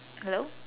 hello